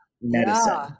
medicine